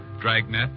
Dragnet